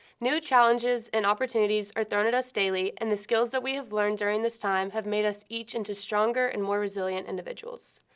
new challenges and opportunities are thrown at us daily, and the skills that we have learned during this time have made us each into stronger and more resilient individuals.